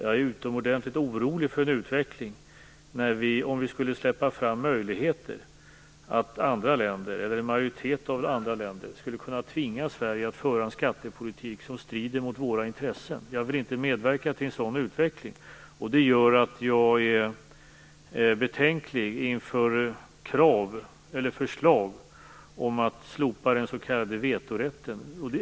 Jag är utomordentligt orolig för en utveckling där vi släpper fram möjligheter för en majoritet av andra länder att tvinga Sverige att föra en skattepolitik som strider mot våra intressen. Jag vill inte medverka till en sådan utveckling. Det gör att jag är betänksam inför krav eller förslag om att slopa den s.k. vetorätten.